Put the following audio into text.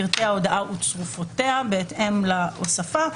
פרטי ההודעה וצורפותיה בהתאם להוספה,